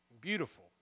beautiful